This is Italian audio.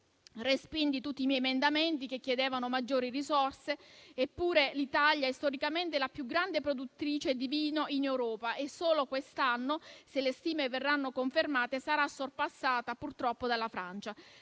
respinti tutti i miei emendamenti che chiedevano maggiori risorse. Eppure, l'Italia è storicamente la più grande produttrice di vino in Europa. Solo quest'anno, se le stime verranno confermate, sarà sorpassata purtroppo dalla Francia.